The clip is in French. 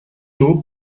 tôt